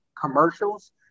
commercials